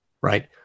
right